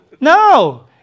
No